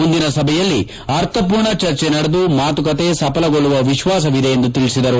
ಮುಂದಿನ ಸಭೆಯಲ್ಲಿ ಅರ್ಥಮೂರ್ಣ ಚರ್ಚೆ ನಡೆದು ಮಾತುಕತೆ ಸಫಲಗೊಳ್ಳುವ ವಿಶ್ವಾಸವಿದೆ ಎಂದು ತಿಳಿಸಿದರು